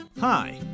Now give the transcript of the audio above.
Hi